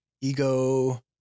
ego